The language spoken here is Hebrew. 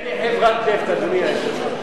אין לי חברת נפט, אדוני היושב-ראש.